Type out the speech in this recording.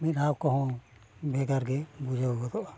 ᱢᱤᱫ ᱫᱷᱟᱣ ᱠᱚᱦᱚᱸ ᱵᱷᱮᱜᱟᱨ ᱜᱮ ᱵᱩᱡᱷᱟᱹᱣ ᱜᱚᱫᱚᱜᱼᱟ